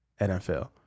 NFL